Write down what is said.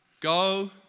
go